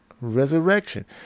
resurrection